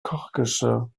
kochgeschirr